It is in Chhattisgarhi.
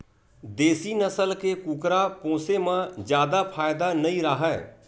देसी नसल के कुकरा पोसे म जादा फायदा नइ राहय